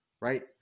Right